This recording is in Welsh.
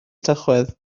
tachwedd